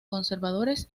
conservadores